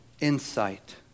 insight